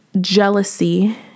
jealousy